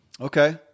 Okay